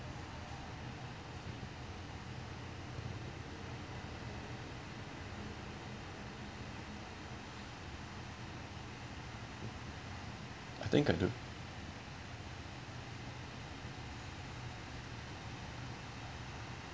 I think I do